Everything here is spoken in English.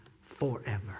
forever